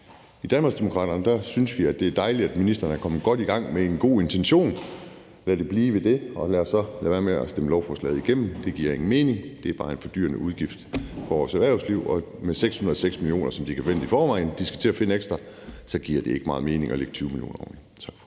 i Danmarksdemokraterne synes vi, at det er dejligt, at ministeren er kommet godt i gang med en god intention. Lad det blive ved det, og lad os så lade være med at stemme lovforslaget igennem. Det giver ingen mening. Det er bare en fordyrende udgift for vores erhvervsliv, og med 606 mio. kr., som de i forvejen kan forvente at skulle finde ekstra, giver det ikke meget mening at lægge 20 mio. kr.